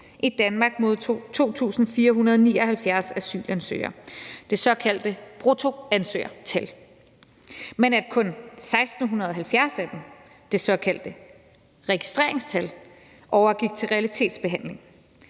i Danmark modtog 2.479 asylansøgere, det såkaldte brutto ansøgertal, men at kun 1.670 af dem, det såkaldte registreringstal, overgik til realitetsbehandling.